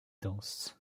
dansent